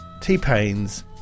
T-Pain's